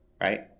right